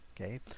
okay